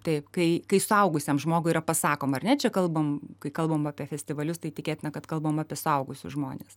taip kai kai suaugusiam žmogui yra pasakoma ar ne čia kalbam kai kalbam apie festivalius tai tikėtina kad kalbam apie suaugusius žmones